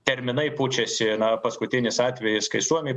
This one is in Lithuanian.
terminai pučiasi na paskutinis atvejis kai suomiai